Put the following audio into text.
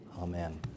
Amen